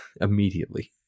immediately